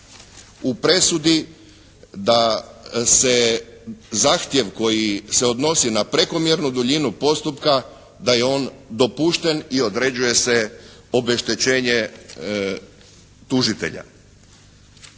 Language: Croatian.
u presudi da se zahtjev koji se odnosi na prekomjernu duljinu postupka da je on dopušten i određuje se obeštećenje tužitelja.